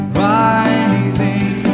rising